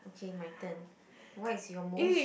okay my turn what is your most